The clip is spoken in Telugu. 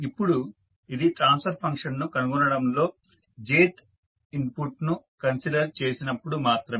ఇప్పుడు ఇది ట్రాన్స్ఫర్ ఫంక్షన్ ను కనుగొనడంలో jth ఇన్పుట్ను కన్సిడర్ చేసినప్పుడు మాత్రమే